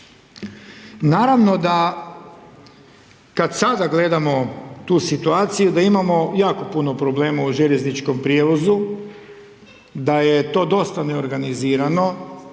Naravno da kad sada gledamo tu situaciju da imamo jako puno problema u željezničkom prijevozu, da je to dosta neorganizirano,